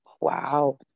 wow